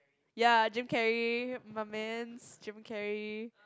ya Jim-Carrey my mans Jim-Carrey